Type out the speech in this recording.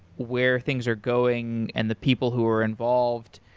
where things are going and the people who are involved.